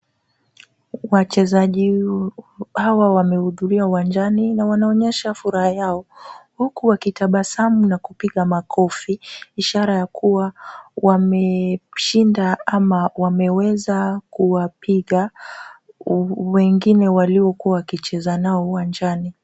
Wachezaji hawa wamehudhuria uwanjani na wanaonyesha furaha yao huku wakitabasamu na kupiga makofi ishara ya kuwa wameshinda ama wameweza kuwapiga wengine waliokuwa wakicheza nao uwanjani.